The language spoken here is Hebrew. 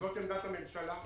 שזו עמדת הממשלה.